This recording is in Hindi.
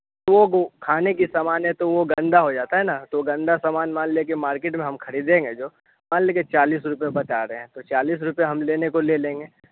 वह गो खाने का सामान तो वह गंदा हो जाता है ना तो गंदा सामान माल लेकर मार्केट में हम खरीदेंगे जो मान लीजिए चालीस रुपये बता रहे हैं तो चालीस रुपये हम लेने को ले लेंगे